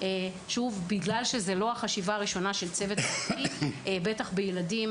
בגלל שזו לא החשיבה הראשונה של צוות --- בטח בילדים